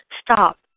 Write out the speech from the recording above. Stop